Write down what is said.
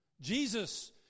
Jesus